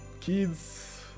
kids